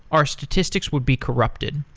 our statistics would be corrupted.